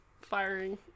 firing